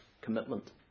commitment